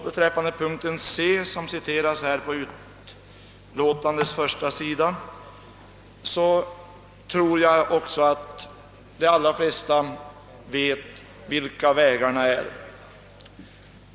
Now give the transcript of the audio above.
Beträffande punkten c) tror jag också att de allra flesta vet vilka vägarna är.